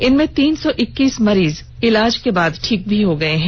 इनमें तीन सौ इक्कीस मरीज इलाज के बाद ठीक भी हो गये हैं